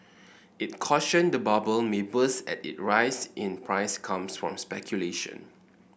it cautioned that the bubble may burst as its rise in price comes from speculation